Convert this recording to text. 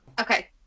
Okay